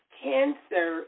cancer